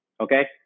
Okay